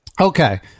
Okay